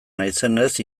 naizenez